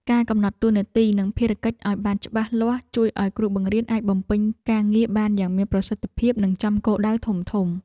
ការកំណត់តួនាទីនិងភារកិច្ចឱ្យបានច្បាស់លាស់ជួយឱ្យគ្រូបង្រៀនអាចបំពេញការងារបានយ៉ាងមានប្រសិទ្ធភាពនិងចំគោលដៅធំៗ។